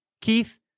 Keith